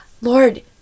lord